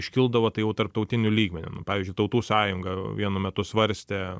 iškildavo tai jau tarptautiniu lygmeniu nu pavyzdžiui tautų sąjunga vienu metu svarstė